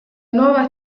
nuova